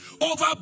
over